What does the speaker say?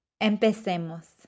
Empecemos